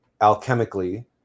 alchemically